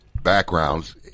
Backgrounds